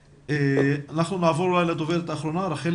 אנחנו נעבור לדוברת האחרונה, רחלי.